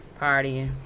partying